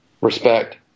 respect